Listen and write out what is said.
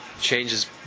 changes